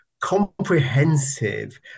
comprehensive